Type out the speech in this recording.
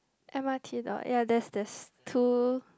m_r_t door ya that's that's two